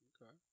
Okay